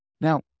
Now